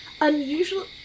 unusual